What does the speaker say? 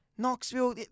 Knoxville